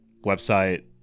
website